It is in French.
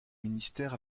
ministère